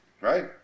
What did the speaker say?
Right